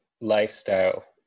lifestyle